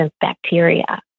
bacteria